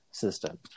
System